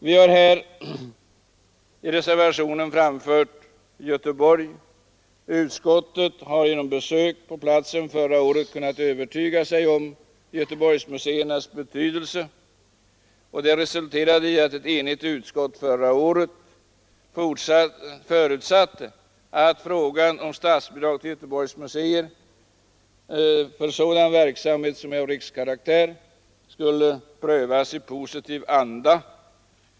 Vi har i denna reservation koncentrerat oss på Göteborg. Utskottet kunde genom besök på platsen förra året övertyga sig om Göteborgsmuseernas betydelse, och det resulterade i att ett enigt utskott förutsatte att frågan om statsbidrag till Göteborgs museer för sådan verksamhet som är av rikskaraktär skulle prövas i positiv anda.